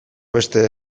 beste